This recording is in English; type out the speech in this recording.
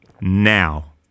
now